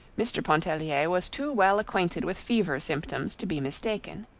mr. pontellier was too well acquainted with fever symptoms to be mistaken.